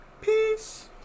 Peace